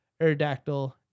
Aerodactyl